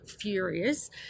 furious